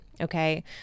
okay